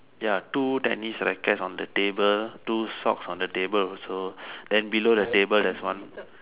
ya two tennis rackets on the table two socks on the table also then below the table there is one